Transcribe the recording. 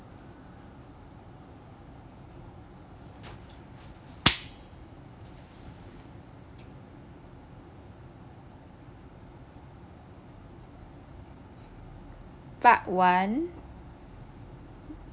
part one